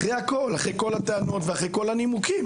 אחרי כל הטענות ואחרי כל הנימוקים,